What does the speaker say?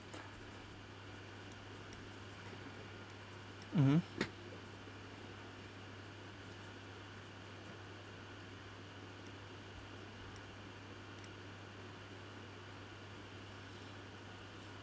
mmhmm